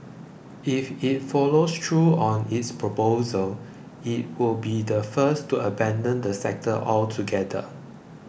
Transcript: if it follows through on its proposal it would be the first to abandon the sector altogether